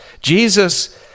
Jesus